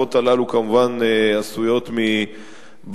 שהפרוות הללו, כמובן, עשויות מבעלי-חיים.